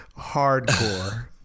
hardcore